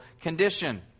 condition